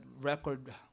record